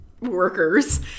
workers